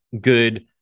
good